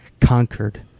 conquered